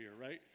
right